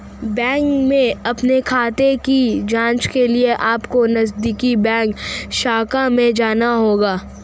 bank में अपने खाते की जांच के लिए अपको नजदीकी बैंक शाखा में जाना होगा